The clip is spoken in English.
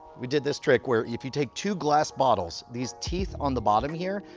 we did this trick where, if you take two glass bottles, these teeth on the bottom here,